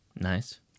Nice